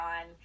on